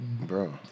Bro